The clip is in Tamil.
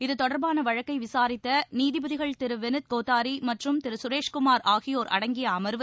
இத்தொடர்பான வழக்கை விசாரித்த நீதிபதிகள் திரு வினீத் கோத்தாரி மற்றும் திரு சுரேஷ் குமார் ஆகியோர் அடங்கிய அர்வு